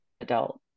adult